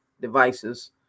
devices